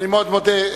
אני מאוד מודה.